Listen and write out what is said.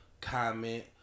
comment